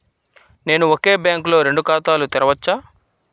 నేను ఒకే బ్యాంకులో రెండు ఖాతాలు తెరవవచ్చా?